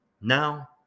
Now